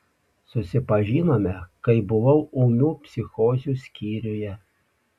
susipažinome kai buvau ūmių psichozių skyriuje